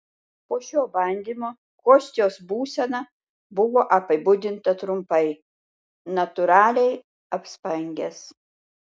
po šio bandymo kostios būsena buvo apibūdinta trumpai natūraliai apspangęs